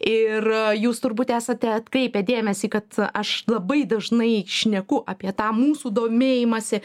ir jūs turbūt esate atkreipę dėmesį kad aš labai dažnai šneku apie tą mūsų domėjimąsi